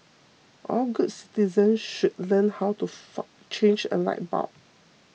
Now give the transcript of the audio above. all good citizens should learn how to far change a light bulb